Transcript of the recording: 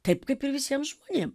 taip kaip ir visiem žmonėm